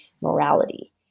morality